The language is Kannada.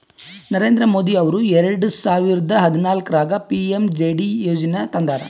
ನರೇಂದ್ರ ಮೋದಿ ಅವರು ಎರೆಡ ಸಾವಿರದ ಹದನಾಲ್ಕರಾಗ ಪಿ.ಎಮ್.ಜೆ.ಡಿ ಯೋಜನಾ ತಂದಾರ